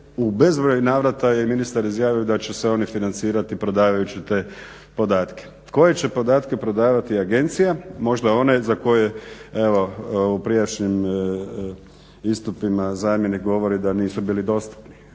u bezbroj navrata je ministar izjavio da će se oni financirati prodavajući te podatke. Koje će podatke prodavati agencija? Možda one za koje u prijašnjim istupima zamjenik govori da nisu bili dostupni